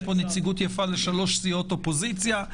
יש פה נציגות יפה לשלוש סיעות אופוזיציה.